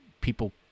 people